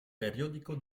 periódico